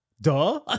Duh